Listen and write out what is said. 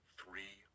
three